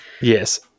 yes